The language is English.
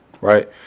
right